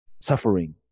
suffering